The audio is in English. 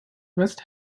west